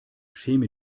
schäme